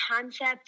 concept